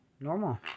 normal